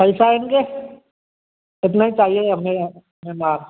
पैसा आएँगे इतना ही चाहिए हमें